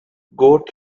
goat